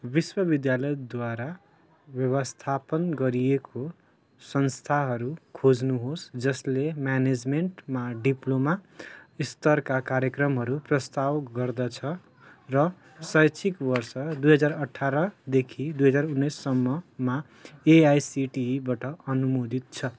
विश्वविद्यालयद्वारा व्यवस्थापन गरिएको संस्थाहरू खोज्नुहोस जसले म्यानेजमेन्टमा डिप्लोमा स्तरका कार्यक्रमहरू प्रस्ताव गर्द्छ र शैक्षिक बर्स दुई हजार अठारदेखि दुई हजार उन्नाइससम्ममा एआइसिटिईबाट अनुमोदित छ